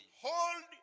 Hold